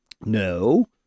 No